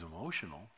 emotional